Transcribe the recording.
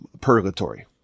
purgatory